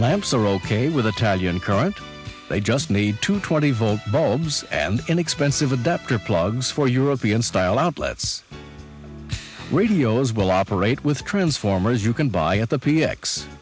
lamps are ok with italian current they just need to twenty volt bulbs and inexpensive adapter plugs for european style outlets radios will operate with transformers you can buy at the p